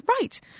Right